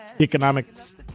Economics